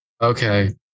Okay